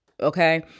okay